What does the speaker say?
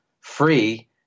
free